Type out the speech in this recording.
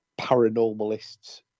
paranormalists